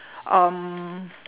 um